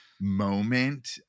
moment